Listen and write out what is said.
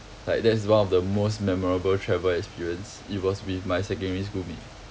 like that is one of the most memorable travel experience it was with my secondary school mate